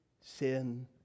sin